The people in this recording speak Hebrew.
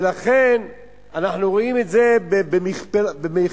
ולכן אנחנו רואים את זה במכפלות,